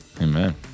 amen